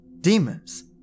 Demons